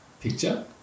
Picture